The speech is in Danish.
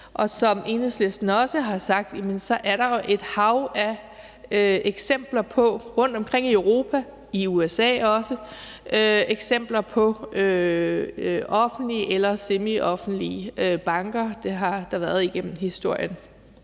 Som Enhedslisten også har sagt, er der jo rundtomkring i Europa og også USA et hav af eksempler på offentlige eller semioffentlige banker. Det har der været igennem historien.